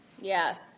Yes